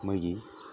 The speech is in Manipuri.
ꯃꯩꯒꯤ